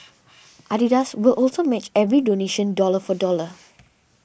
Adidas will also match every donation dollar for dollar